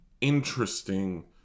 interesting